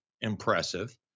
impressive